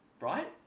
Right